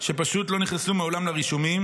שפשוט לא נכנסו מעולם לרישומים,